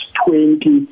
twenty